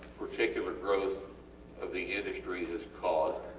particular growth of the industry has caused.